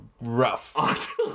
rough